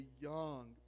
young